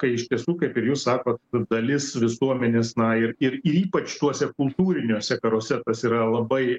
kai iš tiesų kaip ir jūs sakot dalis visuomenės na ir ir ypač tuose kultūriniuose karuose tas yra labai